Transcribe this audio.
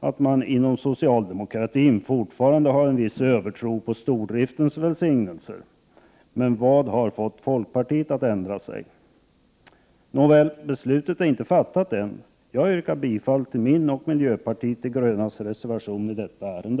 att man inom socialdemokratin fortfarande har en viss övertro på stordriftens välsignelser. Men vad har fått folkpartiet att ändra sig? Nåväl, beslutet är inte fattat än. Jag yrkar bifall till min och miljöpartiet de grönas reservation i detta ärende.